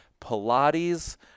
Pilates